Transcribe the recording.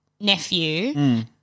Nephew